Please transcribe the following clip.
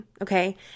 okay